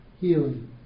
healing